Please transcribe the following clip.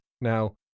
Now